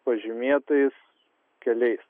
pažymėtais keliais